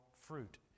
fruit